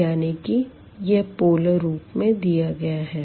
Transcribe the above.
यानी कि यह पोलर रूप में दिया गया है